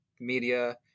media